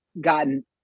gotten